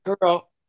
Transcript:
girl